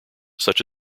such